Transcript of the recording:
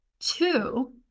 two